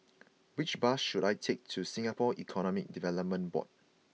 which bus should I take to Singapore Economic Development Board